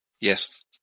Yes